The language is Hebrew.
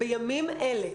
בימים אלה,